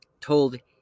told